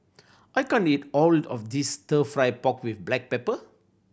I can't eat all of this Stir Fry pork with black pepper